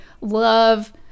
love